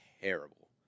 terrible